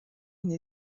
une